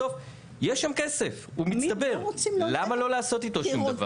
בסוף יש שם כסף, הוא מצטבר, למה לא לעשות שום דבר?